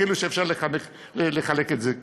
כאילו אפשר לחלק את זה כך.